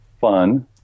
fun